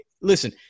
Listen